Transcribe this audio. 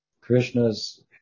Krishna's